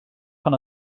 pan